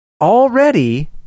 already